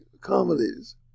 comedies